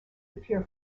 appear